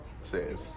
says